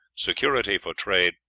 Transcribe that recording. security for trade,